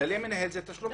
כללי מנהל זה תשלום ראשון.